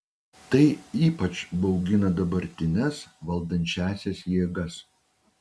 tai ypač baugina dabartines valdančiąsias jėgas